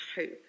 hope